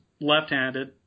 Left-handed